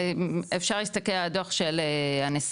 אפשר להסתכל על הדוח של 'הנסיכה',